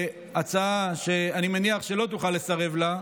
הצעה שאני מניח שלא תוכל לסרב לה,